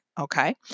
okay